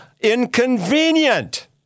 inconvenient